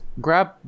grab